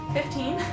Fifteen